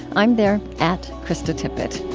i'm there at kristatippett